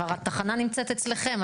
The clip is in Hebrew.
התחנה נמצאת אצלכם,